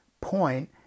point